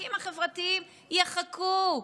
והחוקים החברתיים יחכו,